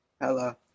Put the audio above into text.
Hello